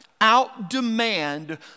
out-demand